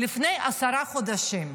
לפני עשרה חודשים.